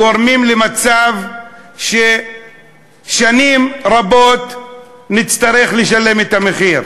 גורמת למצב ששנים רבות נצטרך לשלם את המחיר.